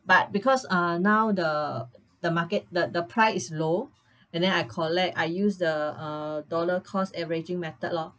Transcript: but because uh now the the market the the price is low and then I collect I use the uh dollar-cost averaging method loh